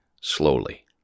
slowly